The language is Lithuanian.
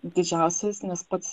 didžiausias nes pats